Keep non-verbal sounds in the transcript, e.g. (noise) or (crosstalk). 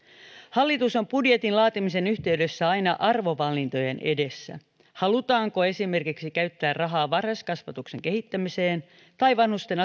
hallitus on budjetin laatimisen yhteydessä aina arvovalintojen edessä halutaanko esimerkiksi käyttää rahaa varhaiskasvatuksen kehittämiseen tai vanhusten (unintelligible)